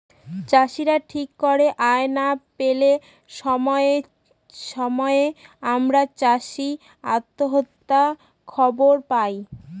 চাষীরা ঠিক করে আয় না পেলে সময়ে সময়ে আমরা চাষী আত্মহত্যার খবর পায়